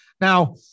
Now